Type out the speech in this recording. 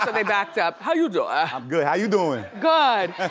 ah they backed up. how you doin'? i'm good, how you doin'? good.